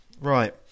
Right